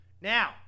Now